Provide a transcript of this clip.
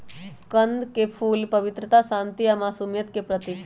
कंद के फूल पवित्रता, शांति आ मासुमियत के प्रतीक हई